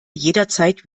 jederzeit